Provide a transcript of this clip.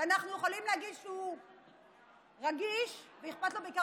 שאנחנו יכולים להגיד שהוא רגיש ושאכפת לו בעיקר